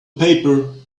paper